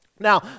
Now